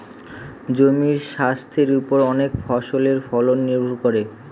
জমির স্বাস্থের ওপর অনেক ফসলের ফলন নির্ভর করে